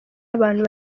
abantu